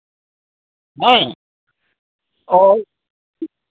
हैं और